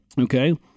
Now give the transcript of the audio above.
Okay